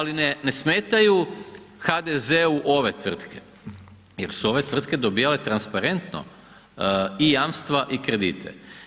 Ali, ne smetaju HDZ-u ove tvrtke jer su ove tvrtke dobivale transparentno i jamstva i kredite.